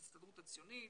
ההסתדרות הציונית,